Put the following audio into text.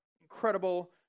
Incredible